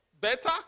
better